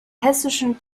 hessischen